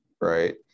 right